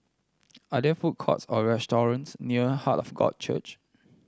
are there food courts or restaurants near Heart of God Church